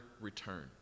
return